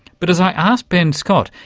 but as i asked ben scott,